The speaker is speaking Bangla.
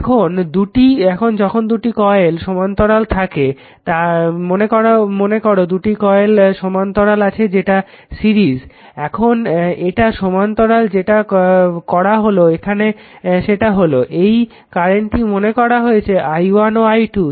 এখন যখন দুটি কয়েল সমান্তরালে থাকে মনে করো এই দুটি কয়েল সমান্তরালে আছে যেটা সিরিজ এখন এটা সমান্তরাল যেটা করা হলো এখানে সেটা হলো এই কারেন্টটিকে মনে করা হয়েছে i1 ও i2